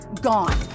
gone